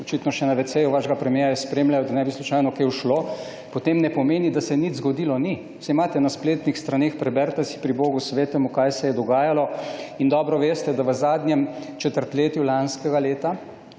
očitno še na wc vašega premierja spremljajo, da ne bi slučajno kaj ušlo, potem ne pomeni, da se nič ni zgodilo. Saj imate na spletnih straneh, preberite si, pri bogu svetemu, kaj se je dogajalo. In dobro veste, da v zadnjem četrtletju lanskega leta